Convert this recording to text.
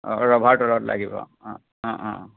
অঁ ৰভাৰ তলত লাগিব অঁ অঁ অঁ